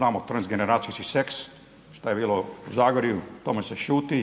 ovim transgerancijski seks šta je bilo u Zagorju, o tome se šuti.